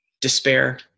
despair